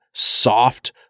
Soft